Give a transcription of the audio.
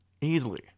Easily